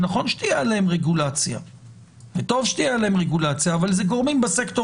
שנכון שתהיה עליהם רגולציה וטוב שתהיה עליהם רגולציה אבל זה גורמים בסקטור